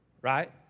right